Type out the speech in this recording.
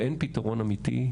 ואין פתרון אמיתי,